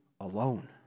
alone